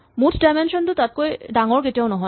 মুঠ ডাইমেনচন টো তাতকৈ ডাঙৰ কেতিয়াও নহয়